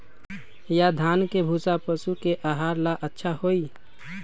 या धान के भूसा पशु के आहार ला अच्छा होई?